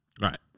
Right